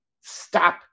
stop